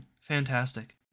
fantastic